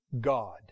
God